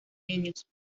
niños